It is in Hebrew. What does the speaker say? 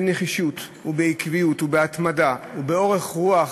שבנחישות ובעקביות ובהתמדה ובאורך רוח